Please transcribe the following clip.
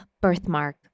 birthmark